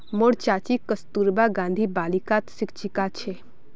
मोर चाची कस्तूरबा गांधी बालिकात शिक्षिका छेक